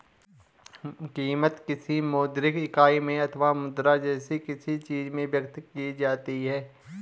कीमत, किसी मौद्रिक इकाई में अथवा मुद्रा जैसी किसी चीज में व्यक्त की जाती है